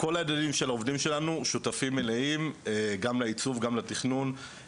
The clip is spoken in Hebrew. כל הילדים של העובדים שלנו הם שותפים מלאים גם לעיצוב וגם לתכנון.